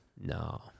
No